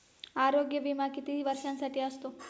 आरोग्य विमा किती वर्षांसाठी असतो?